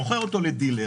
מוכר אותו לדילר.